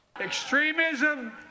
Extremism